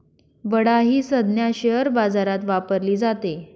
बडा ही संज्ञा शेअर बाजारात वापरली जाते